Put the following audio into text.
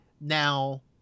now